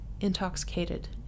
intoxicated